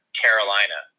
carolina